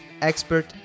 expert